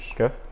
Okay